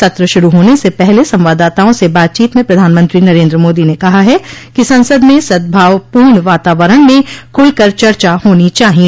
सत्र शुरू होने से पहले संवाददाताओ से बातचीत में प्रधानमंत्री नरेन्द्र मोदी ने कहा है कि संसद में सदभावपूर्ण वातावरण में खुलकर चर्चा होनी चाहिए